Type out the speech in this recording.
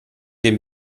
dem